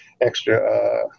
extra